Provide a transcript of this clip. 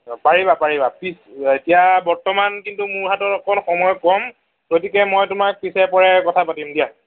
অঁ পাৰিবা পাৰিবা পিছে এতিয়া বৰ্তমান কিন্তু মোৰ হাতত অকণ সময় কম গতিকে মই তোমাক পিছে পৰে কথা পাতিম দিয়া